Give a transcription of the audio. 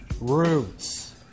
roots